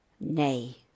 Nay